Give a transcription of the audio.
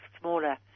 smaller